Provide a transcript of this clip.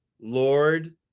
Lord